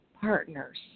partners